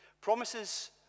promises